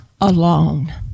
Alone